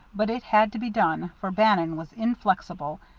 but it had to be done, for bannon was inflexible,